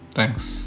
Thanks